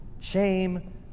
shame